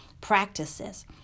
practices